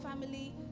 family